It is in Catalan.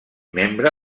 membre